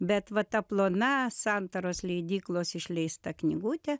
bet va ta plona santaros leidyklos išleista knygutė